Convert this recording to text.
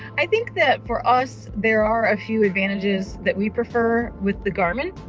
i think that for us, there are a few advantages that we prefer with the garmin,